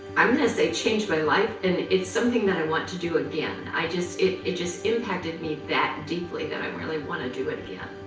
i'm going to say changed my life and it's something that i want to do again. i just. it. it just impacted me that deeply that i really want to do it again.